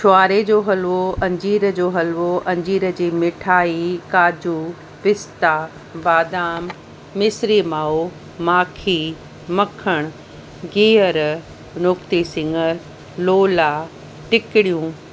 छुआरे जो हलवो अंजीर जो हलवो अंजीर जी मिठाई काजू पिस्ता बादाम मिस्री माओ माखी मखण गिहर नुक्ती सिङर लोला टिकड़ियूं